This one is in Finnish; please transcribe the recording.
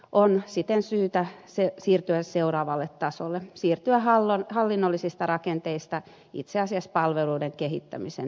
on siten syytä siirtyä seuraavalle tasolle siirtyä hallinnollisista rakenteista itse asiassa palveluiden kehittämisen tielle